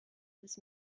his